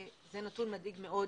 זה נתון מדאיג מאוד.